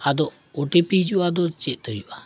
ᱟᱫᱚ O T P ᱦᱤᱡᱩᱜᱼᱟ ᱟᱫᱚ ᱪᱮᱫ ᱦᱩᱭᱩᱜᱼᱟ